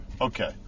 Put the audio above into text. Okay